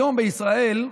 היום בישראל,